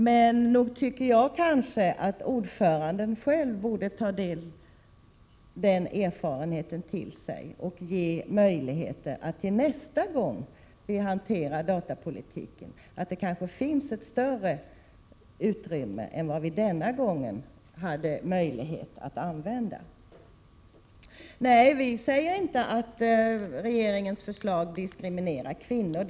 Men jag tycker också att ordföranden själv borde ta den erfarenheten till sig och till nästa gång som vi behandlar datapolitiken se till att vi får ett större utrymme för eventuella kompromisser än vad vi denna gång hade. Nej, vi säger inte att regeringens förslag diskriminerar kvinnor.